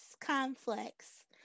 conflicts